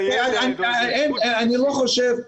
אני לא חושב,